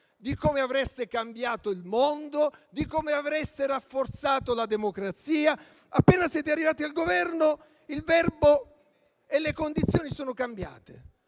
di come avreste cambiato il mondo e di come avreste rafforzato la democrazia. Appena siete arrivati al Governo, il verbo e le condizioni sono cambiati.